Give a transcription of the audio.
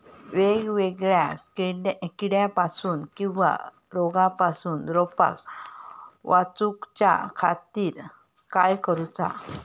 वेगवेगल्या किडीपासून किवा रोगापासून रोपाक वाचउच्या खातीर काय करूचा?